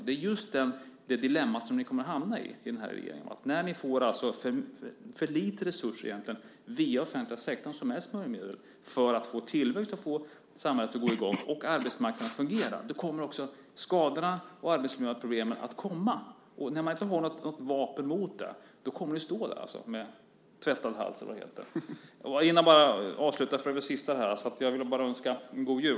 Det är just det dilemma som ni i den här regeringen kommer att hamna i. När ni får för lite resurser via den offentliga sektorn, som är smörjmedel för att få tillväxt, få samhället att gå i gång och arbetsmarknaden att fungera, kommer också skadorna och arbetsmiljöproblemen att komma. När man inte har något vapen mot det kommer ni att stå där med tvättad hals, eller vad det heter. Innan jag avslutar vill jag önska en god jul.